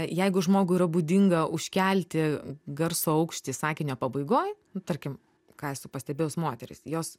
jeigu žmogui yra būdinga užkelti garso aukštį sakinio pabaigoj tarkim ką esu pastebėjus moterys jos